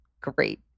great